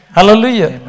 Hallelujah